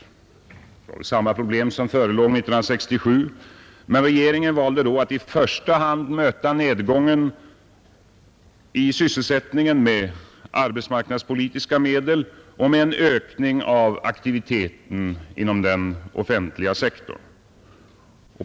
Det är samma problem som förelåg 1967, men regeringen valde då att i första hand möta nedgången i sysselsättningen med arbetsmarknadspolitiska åtgärder och med en ökning av aktiviteten inom den offentliga sektorn.